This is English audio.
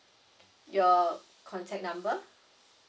your contact number